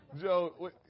Joe